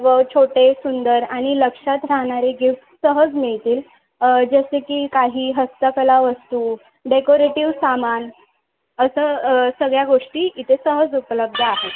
व छोटे सुंदर आणि लक्षात राहणारे गिफ्ट सहज मिळतील जसे की काही हस्तकला वस्तू डेकोरेटिव सामान असं सगळ्या गोष्टी इथे सहज उपलब्ध आहेत